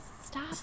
Stop